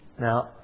Now